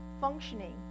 functioning